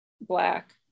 Black